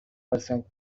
percent